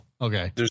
okay